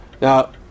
Now